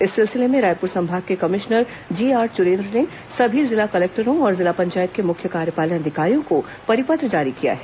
इस सिलसिले में रायपूर संभाग के कमिश्नर जीआर चुरेन्द्र ने सभी जिला कलेक्टरों और जिला पंचायत के मुख्य कार्यपालन अधिकारियों को परिपत्र जारी किया है